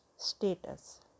status